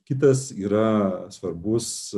kitas yra svarbus